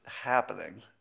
happening